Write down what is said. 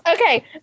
Okay